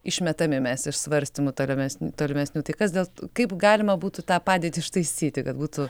išmetami mes iš svarstymų tolimes tolimesnių tai kas dėl kaip galima būtų tą padėtį ištaisyti kad būtų